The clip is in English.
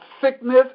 sickness